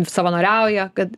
savanoriauja kad